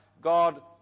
God